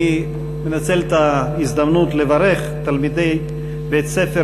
אני מנצל את ההזדמנות לברך את תלמידי בית-ספר